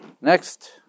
Next